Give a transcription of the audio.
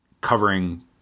covering